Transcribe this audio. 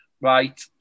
Right